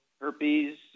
herpes